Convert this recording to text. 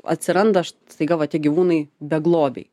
atsiranda staiga va tie gyvūnai beglobiai